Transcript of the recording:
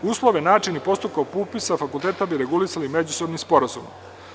Uslove, način i postupak oko upisa fakulteta bi regulisali međusobni sporazumi.